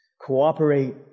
Cooperate